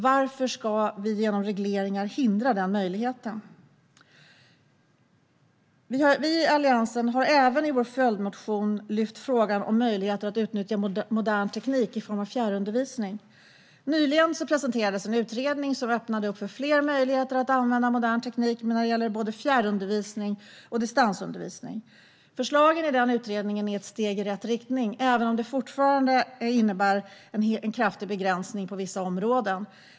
Varför ska vi genom regleringar hindra den möjligheten? Vi i Alliansen har även i vår följdmotion lyft fram frågan om möjligheter att utnyttja modern teknik i form av fjärrundervisning. Nyligen presenterades en utredning som öppnade för fler möjligheter att använda modern teknik när det gäller både fjärrundervisning och distansundervisning. Förslagen i utredningen är ett steg i rätt riktning, även om det fortfarande innebär en kraftig begränsning på vissa områden.